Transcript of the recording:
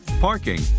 parking